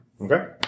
Okay